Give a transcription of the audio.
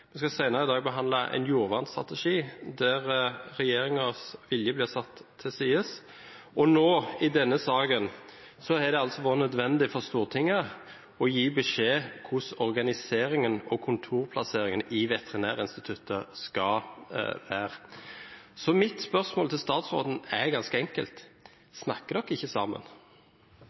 Vi skal senere i dag behandle en jordvernstrategi der regjeringens vilje blir satt til side, og nå i denne saken har det altså vært nødvendig for Stortinget å gi beskjed om hvordan organiseringen og kontorplasseringen i Veterinærinstituttet skal være. Mitt spørsmål til statsråden er ganske enkelt: